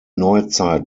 neuzeit